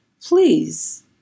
please